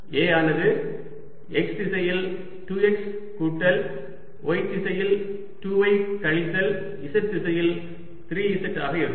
A ஆனது x திசையில் 2 x கூட்டல் y திசையில் 2 y கழித்தல் z திசையில் 3 z ஆக இருக்கும்